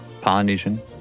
polynesian